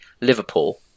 Liverpool